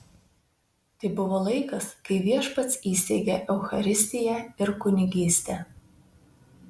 tai buvo laikas kai viešpats įsteigė eucharistiją ir kunigystę